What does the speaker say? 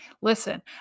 Listen